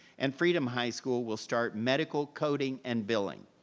and freedom high school will start medical coding and billing.